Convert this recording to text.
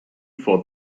for